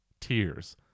tears